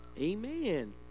Amen